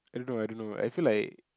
I don't know I don't know I feel like